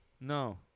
No